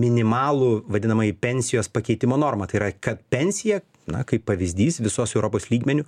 minimalų vadinamąjį pensijos pakeitimo normą tai yra kad pensija na kaip pavyzdys visos europos lygmeniu